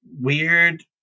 weird